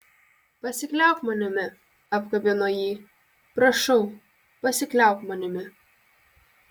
pasikliauk manimi apkabino jį prašau pasikliauk manimi